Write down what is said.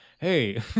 hey